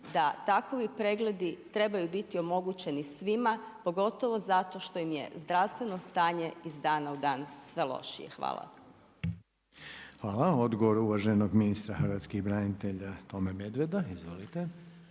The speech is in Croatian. da takvi pregledi trebaju biti omogućeni svima, pogotovo zato što im je zdravstveno stanje iz dana u dan sve lošije. Hvala. **Reiner, Željko (HDZ)** Hvala. Odgovor uvaženog ministra hrvatskih branitelja Tome Medveda.